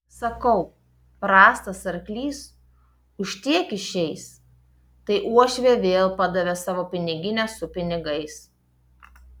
sakau prastas arklys už tiek išeis tai uošvė vėl padavė savo piniginę su pinigais